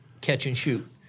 catch-and-shoot